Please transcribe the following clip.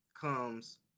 comes